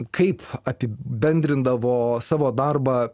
kaip apibendrindavo savo darbą